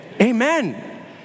amen